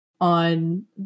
on